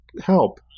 help